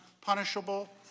punishable